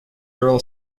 girl